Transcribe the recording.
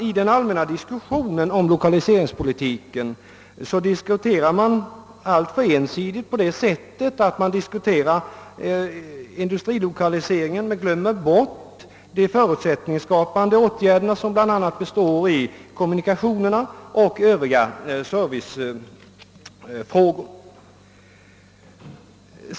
I den allmänna diskussionen om lokaliseringspolitiken trycker man alltför ensidigt på industrilokaliseringen, men glömmer bort de förutsättningsskapande åtgärderna, som bl.a. består i goda kommunikationer och övrig service.